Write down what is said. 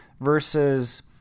versus